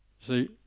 See